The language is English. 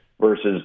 versus